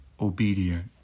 obedient